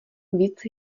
víc